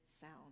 sound